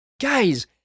Guys